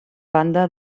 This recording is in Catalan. banda